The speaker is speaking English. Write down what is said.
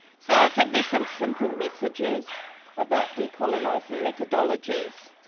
so, i think there's some simple messages about decolonizing methodologies